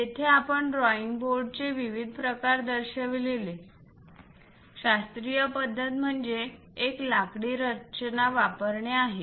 येथे आपण ड्रॉईंग बोर्डचे विविध प्रकार दर्शविले शास्त्रीय पद्धत म्हणजे एक लाकडी रचना वापरणे आहे